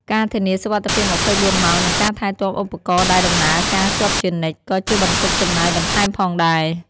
ការធានាសុវត្ថិភាព ២៤ ម៉ោង និងការថែទាំឧបករណ៍ដែលដំណើរការជាប់ជានិច្ច ក៏ជាបន្ទុកចំណាយបន្ថែមផងដែរ។